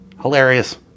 hilarious